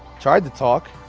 tried to talk,